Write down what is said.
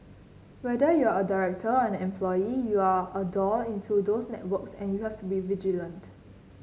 whether you're a director or an employee you're a door into those networks and you have to be vigilant